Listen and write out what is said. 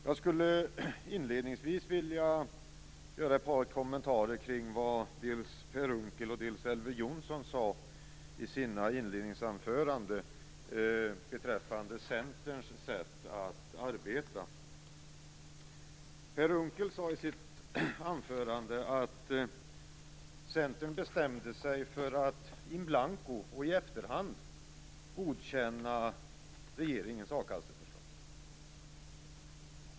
Jag skulle inledningsvis vilja göra ett par kommentarer kring vad dels Per Unckel, dels Elver Jonsson sade i sina inledningsanföranden beträffande Centerns sätt att arbeta. Per Unckel sade i sitt anförande att Centern bestämde sig in blanko och i efterhand för att godkänna regeringens a-kasseförslag.